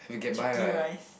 chicken rice